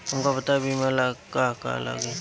हमका बताई बीमा ला का का लागी?